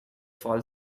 fall